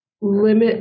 limit